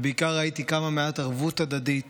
ובעיקר ראיתי כמה מעט ערבות הדדית